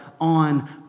on